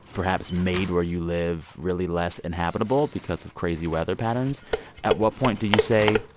perhaps, made where you live really less inhabitable because of crazy weather patterns at what point do you say,